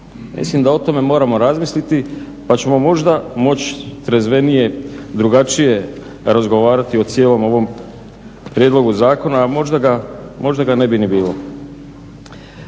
Mislim da o tome moramo razmisliti pa ćemo možda moći trezvenije, drugačije razgovarati o cijelom ovom prijedlogu zakona, a možda ga ne bi ni bilo.